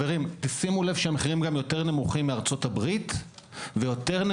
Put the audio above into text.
המחירים גם יותר נמוכים מארצות הברית ומאוסטרליה,